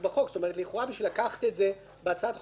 כלומר לכאורה כדי לקחת את זה בהצעת החוק המקורית,